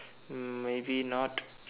um maybe not